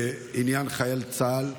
בעניין חייל צה"ל.